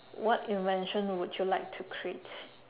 what invention would you like to create